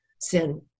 sin